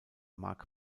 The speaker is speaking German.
mark